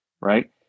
right